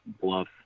bluff